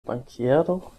bankiero